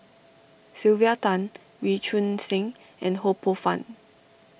Sylvia Tan Wee Choon Seng and Ho Poh Fun